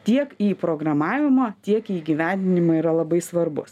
tiek į programavimą tiek įgyvendinimą yra labai svarbus